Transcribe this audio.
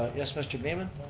ah yes, mr. greenman.